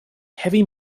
heavy